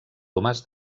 tomàs